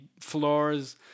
floors